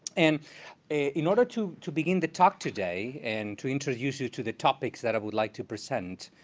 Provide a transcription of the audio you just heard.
and in order to to begin the talk today, and to introduce you to the topics that i would like to present,